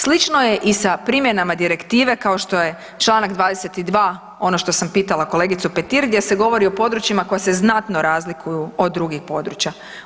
Slično je i sa primjenama direktive kao što je članak 22. ono što sam pitala kolegicu Petir gdje se govori o područjima koja se znatno razlikuju od drugih područja.